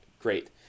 Great